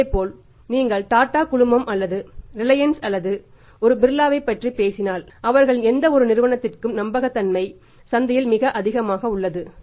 இதேபோல் நீங்கள் TATA குழுமம் அல்லது ரிலையன்ஸ் அல்லது ஒரு பிர்லாவைப் பற்றி பேசினால் அவர்களின் எந்தவொரு நிறுவனத்திற்கும் நம்பகத்தன்மை சந்தையில் மிக அதிகமாக உள்ளது